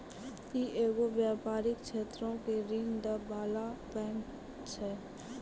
इ एगो व्यपारिक क्षेत्रो के ऋण दै बाला बैंक छै